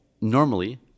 normally